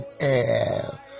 air